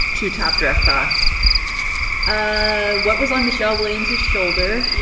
to top dress that's ah what was on michelle williams shoulder.